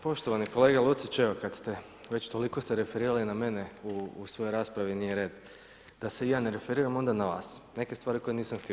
Poštovani kolega Lucić, evo kad ste već toliko se referirali na mene u svojoj raspravi, nije red da se i ja ne referiram onda na vas neke stvari koje nisam htio.